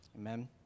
Amen